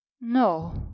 No